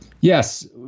Yes